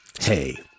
Hey